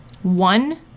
One